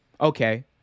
okay